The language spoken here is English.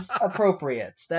appropriate